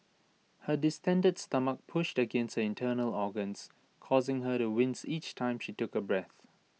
her distended stomach pushed against her internal organs causing her to wince each time she took A breath